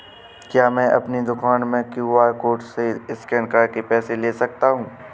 क्या मैं अपनी दुकान में क्यू.आर कोड से स्कैन करके पैसे ले सकता हूँ?